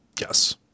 Yes